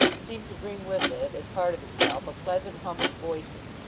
seemed to bring with it, as part of itself, a pleasant hum of voices,